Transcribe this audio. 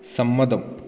സമ്മതം